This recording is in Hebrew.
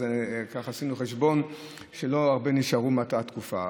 עשינו חשבון שלא הרבה נשארו מאותה התקופה.